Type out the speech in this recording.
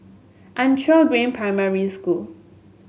Anchor Green Primary School